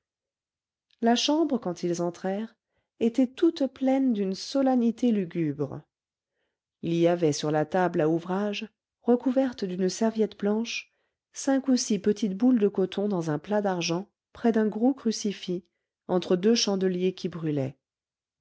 la chambre quand ils entrèrent était toute pleine d'une solennité lugubre il y avait sur la table à ouvrage recouverte d'une serviette blanche cinq ou six petites boules de coton dans un plat d'argent près d'un gros crucifix entre deux chandeliers qui brûlaient